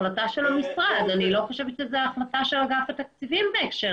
היא החלטה של המשרד ולא החלטה של אגף התקציבים שכן